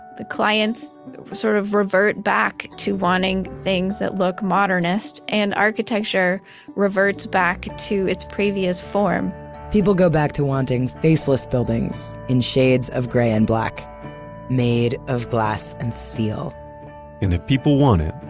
the clients sort of revert back to wanting things that look modernist and architecture reverts back to its previous form people go back to wanting faceless buildings in shades of gray and black made of glass and steel and if people want it,